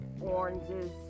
oranges